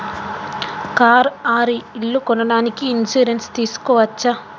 Car or ఇల్లు కొనడానికి insurance తీస్కోవచ్చా?